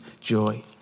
joy